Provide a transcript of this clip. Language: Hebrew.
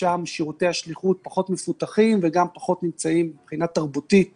ששם שירותי השליחויות פחות מפותחים וגם פחות נמצאים מבחינה תרבותית